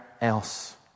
else